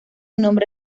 nombre